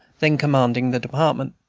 then commanding the department.